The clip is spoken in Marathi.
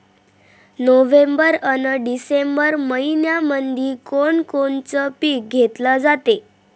नोव्हेंबर अन डिसेंबर मइन्यामंधी कोण कोनचं पीक घेतलं जाते?